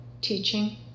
teaching